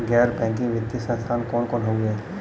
गैर बैकिंग वित्तीय संस्थान कौन कौन हउवे?